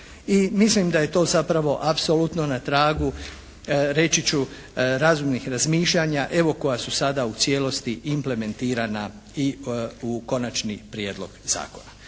mislim da je to zapravo apsolutno na tragu reći ću razumnih razmišljanja evo koja su sada u cijelosti implementirana i u konačni prijedlog zakona.